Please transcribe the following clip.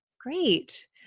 Great